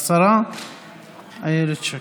אדוני היושב-ראש,